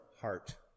heart